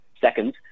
seconds